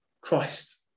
Christ